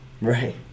Right